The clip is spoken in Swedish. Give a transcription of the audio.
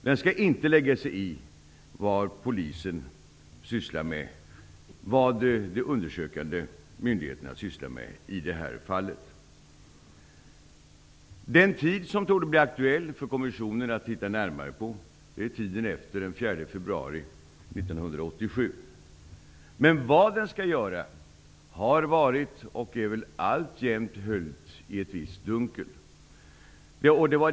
Den skall inte lägga sig i vad polisen och de undersökande myndigheterna sysslar med i detta fall. Den tid som torde bli aktuell att titta närmare på för kommissionen är tiden efter den 4 februari 1987. Men vad den skall göra har varit och är alltjämt höljt i ett visst dunkel.